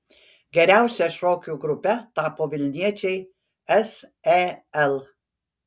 geriausia šokių grupe tapo vilniečiai sel